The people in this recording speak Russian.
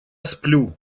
сплю